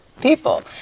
people